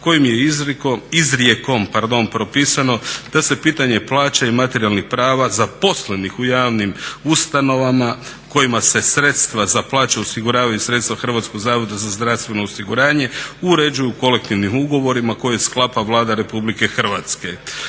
kojom je izrijekom propisano da se pitanje plaća i materijalnih prava zaposlenih u javnim ustanovama kojima se sredstva za plaće osiguravaju iz HZZO-a uređuju kolektivnim ugovorima koji sklapa Vlada RH. Iako